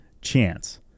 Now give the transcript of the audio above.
chance